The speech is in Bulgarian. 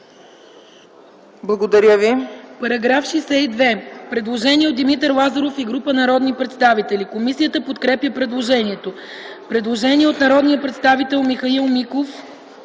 предложение от народния представител Димитър Лазаров и група народни представители. Комисията подкрепя предложението. Предложение от народния представител Михаил Миков.